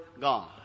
God